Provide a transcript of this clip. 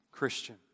Christian